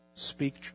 Speak